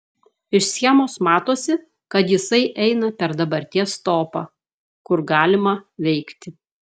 iš schemos matosi kad jisai eina per dabarties topą kur galima veikti